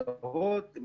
זרות.